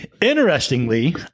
interestingly